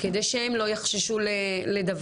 כדי שהן לא יחששו לדווח.